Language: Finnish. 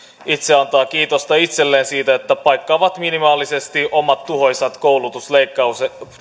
itse antaa kiitosta itselleen siitä että paikkaavat minimaalisesti omat tuhoisat koulutusleikkauksensa